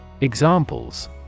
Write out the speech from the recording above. Examples